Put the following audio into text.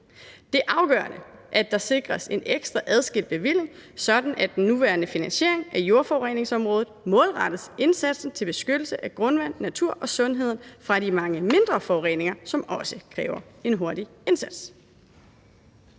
Det er afgørende, at der sikres en ekstra og adskilt bevilling, sådan at den nuværende finansiering af jordforureningsområdet målrettes indsatsen til beskyttelse af grundvand, natur og sundheden fra de mange mindre jordforureninger, som også kræver en hurtig indsats.«